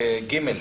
(ג).